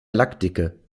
lackdicke